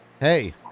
Hey